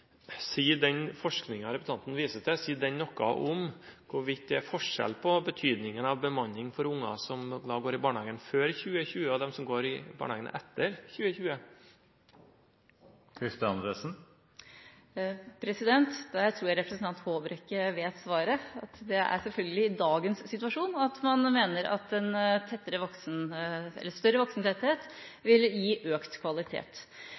den forskningen representanten viser til, noe om hvorvidt det er forskjell på betydningen av bemanning for barn som har vært i barnehagen før 2020, og dem som går i barnehagen etter 2020? Der tror jeg representanten Håbrekke vet svaret, at det selvfølgelig er i dagens situasjon at man mener at en større voksentetthet vil gi økt kvalitet.